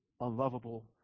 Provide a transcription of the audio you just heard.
unlovable